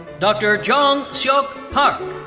dr. jong seok park.